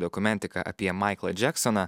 dokumentiką apie maiklą džeksoną